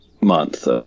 month